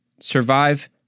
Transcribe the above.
Survive